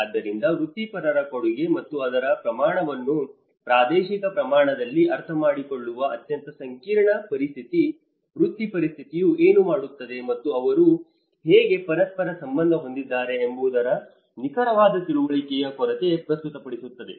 ಆದ್ದರಿಂದ ವೃತ್ತಿಪರರ ಕೊಡುಗೆ ಮತ್ತು ಅದರ ಪ್ರಮಾಣವನ್ನು ಪ್ರಾದೇಶಿಕ ಪ್ರಮಾಣದಲ್ಲಿ ಅರ್ಥಮಾಡಿಕೊಳ್ಳುವ ಅತ್ಯಂತ ಸಂಕೀರ್ಣ ಪರಿಸ್ಥಿತಿ ಪ್ರತಿ ವೃತ್ತಿಯು ಏನು ಮಾಡುತ್ತದೆ ಮತ್ತು ಅವರು ಹೇಗೆ ಪರಸ್ಪರ ಸಂಬಂಧ ಹೊಂದಿದ್ದಾರೆ ಎಂಬುದರ ನಿಖರವಾದ ತಿಳುವಳಿಕೆಯ ಕೊರತೆ ಪ್ರಸ್ತುತಪಡಿಸುತ್ತದೆ